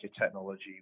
technology